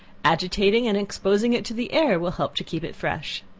agitating and exposing it to the air, will help to keep it fresh.